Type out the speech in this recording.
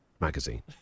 Magazine